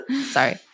Sorry